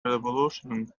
revolution